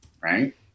right